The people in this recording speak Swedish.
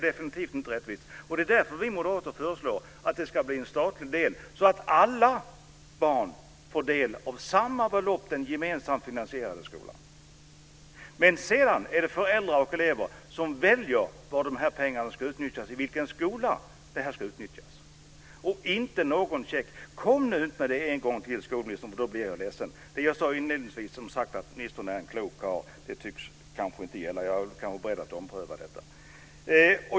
Det är därför vi moderater föreslår att det ska bli en statlig del så att alla barn får del av samma belopp i den gemensamt finansierade skolan. Sedan får föräldrar och elever välja i vilken skola pengarna ska utnyttjas. Det ska inte vara någon check. Kom inte med det påståendet en gång till, skolministern, för då blir jag ledsen! Inledningsvis sade jag att ministern var en klok karl. Det påståendet tycks kanske inte gälla. Jag är kanske beredd att ompröva det.